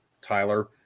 Tyler